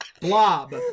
Blob